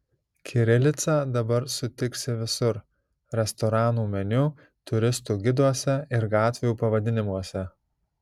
kirilicą dabar sutiksi visur restoranų meniu turistų giduose ir gatvių pavadinimuose